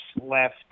left